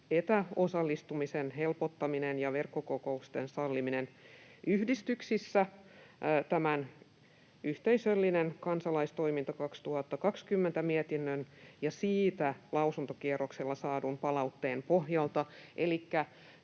etäosallistumisen helpottamista ja verkkokokousten sallimista yhdistyksissä tämän Yhteisöllinen kansalaistoiminta 2020 ‑hankkeen mietinnön ja siitä lausuntokierroksella saadun palautteen pohjalta.